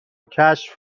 کشف